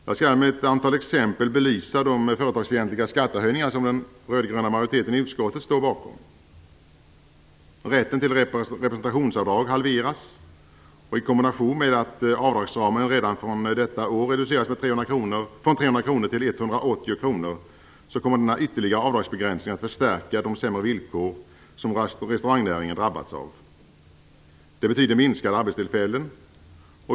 Jag skall med ett antal exempel belysa de företagsfientliga skattehöjningar som den rödgröna majoriteten i utskottet står bakom. Rätten till representationsavdrag halveras. I kombination med att avdragsramarna redan fr.o.m. detta år reduceras från 300 kr till 180 kr kommer den ytterligare avdragsbegränsningen att förstärka de sämre villkor som restaurangnäringen drabbats av. Det betyder minskade arbetstillfällen.